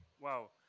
wow